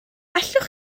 allwch